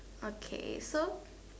okay so